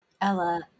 Ella